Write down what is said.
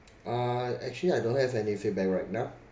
uh actually I don't have any feedback right now